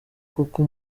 koko